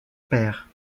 père